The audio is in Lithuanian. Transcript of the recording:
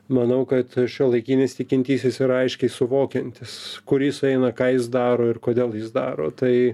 manau kad šiuolaikinis tikintysis yra aiškiai suvokiantis kur jis eina ką jis daro ir kodėl jis daro tai